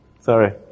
Sorry